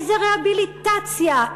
איזה רהביליטציה,